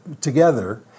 together